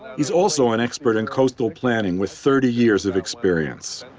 he's also an expert in coastal planning, with thirty years of experience.